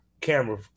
camera